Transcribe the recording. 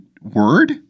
word